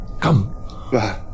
Come